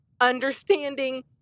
understanding